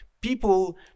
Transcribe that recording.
people